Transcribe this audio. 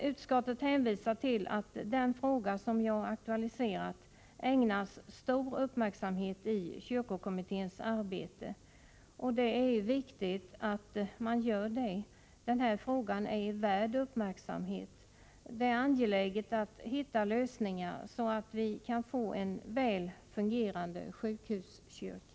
Utskottet hänvisar emellertid till att den fråga jag aktualiserat ägnas stor uppmärksamhet i kyrkokommitténs arbete. Det är viktigt att så sker. Den här frågan är värd uppmärksamhet. Det är angeläget att hitta lösningar som ger en väl fungerande sjukhuskyrka.